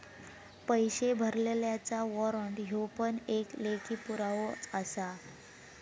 पैशे भरलल्याचा वाॅरंट ह्यो पण लेखी पुरावोच आसा